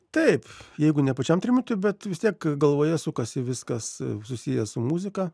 taip jeigu ne pačiam trimitui bet vis tiek galvoje sukasi viskas susiję su muzika